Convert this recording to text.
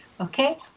Okay